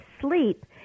sleep